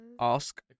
ask